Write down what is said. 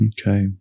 Okay